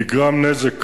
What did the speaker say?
נגרם נזק קל,